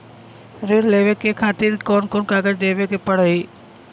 ऋण लेवे के खातिर कौन कोन कागज देवे के पढ़ही?